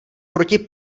proti